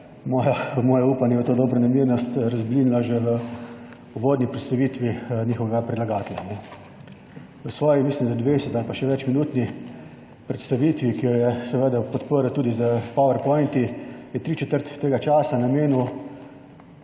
moje upanje v to dobronamernost razblinila že v uvodni predstavitvi njihovega predlagatelja. V svoji, mislim da dve ali pa še več minutni predstavitvi, ki jo je seveda podprl tudi z Powerpointi, je tri četrt tega časa namenil